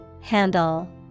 Handle